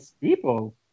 people